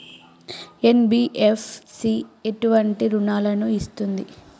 NBFC ఎటువంటి రుణాలను ఇస్తుంది?